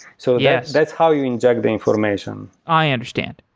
so yeah that's how you inject the information i understand.